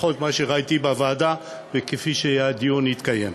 לפחות מה שראיתי בוועדה וכפי שהדיון התקיים.